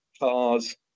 cars